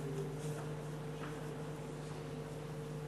ההצעה לכלול את